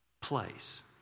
place